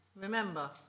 remember